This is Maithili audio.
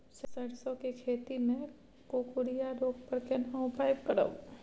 सरसो के खेती मे कुकुरिया रोग पर केना उपाय करब?